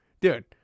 Dude